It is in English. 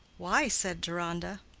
why? said deronda.